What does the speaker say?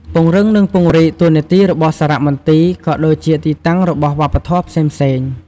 ពង្រឹងនិងពង្រីកតួនាទីរបស់សារៈមន្ទីរ ក៏ដូចជាទីតាំងរបស់វប្បធម៏ផ្សេងៗ។